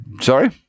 sorry